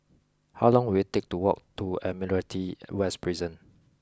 how long will it take to walk to Admiralty West Prison